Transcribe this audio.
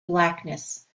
blackness